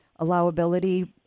allowability